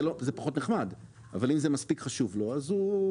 זה פחות נחמד, אבל אם זה מספיק חשוב לו, אז...